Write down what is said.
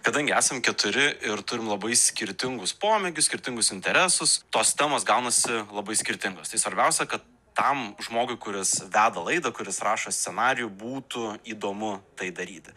kadangi esam keturi ir turim labai skirtingus pomėgius skirtingus interesus tos temos gaunasi labai skirtingos tai svarbiausia kad tam žmogui kuris veda laidą kuris rašo scenarijų būtų įdomu tai daryti